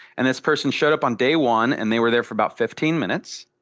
and this person showed up on day one, and they were there for about fifteen minutes.